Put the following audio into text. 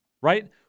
Right